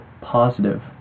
positive